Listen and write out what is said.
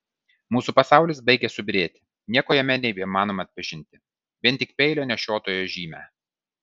mūsų pasaulis baigia subyrėti nieko jame nebeįmanoma atpažinti vien tik peilio nešiotojo žymę